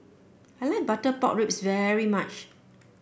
I like Butter Pork Ribs very much